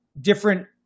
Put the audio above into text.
different